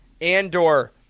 Andor